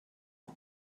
and